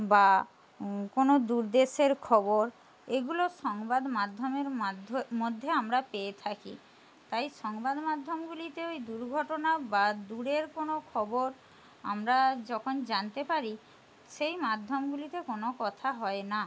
বা কোনো দূর দেশের খবর এগুলো সংবাদমাধ্যমের মধ্যে আমরা পেয়ে থাকি তাই সংবাদমাধ্যমগুলিতে ওই দুর্ঘটনা বা দূরের কোনো খবর আমরা যখন জানতে পারি সেই মাধ্যমগুলিতে কোনো কথা হয় না